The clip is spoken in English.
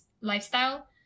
lifestyle